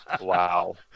Wow